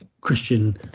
Christian